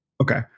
Okay